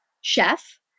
Chef